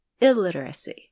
illiteracy